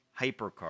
Hypercar